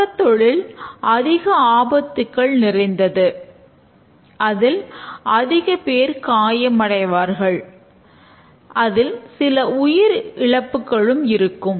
சுரங்கத்தொழில் அதிக ஆபத்துகள் நிறைந்தது அதில் அதிக பேர் காயம் அடைவார்கள் அதில் சில உயிர் இழப்புகளும் இருக்கும்